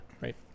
right